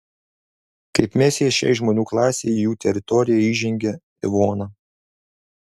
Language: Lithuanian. kaip mesijas šiai žmonių klasei į jų teritoriją įžengia ivona